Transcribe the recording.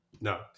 No